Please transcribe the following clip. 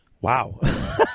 wow